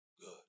Good